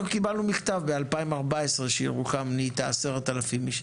עכשיו קיבלנו מכתב ב-2014 שירוחם נהייתה 10,000 איש.